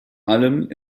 allem